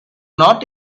not